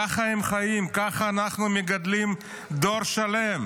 ככה הם חיים, ככה אנחנו מגדלים דור שלם.